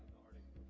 already